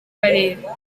karere